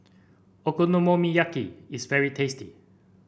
okonomiyaki is very tasty